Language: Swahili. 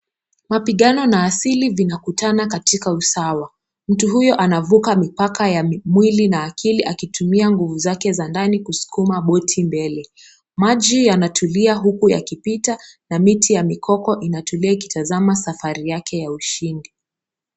Mapigano na asili vinakutana katika usawa. Mtu huyu anavuka mipaka ya mwili na akili akitumia nguvu zake za ndani kusukuma boti mbele. Maji yanatulia huku yakipita na miti ya mikoko inatulia ikitazama safari yake ya ushindi.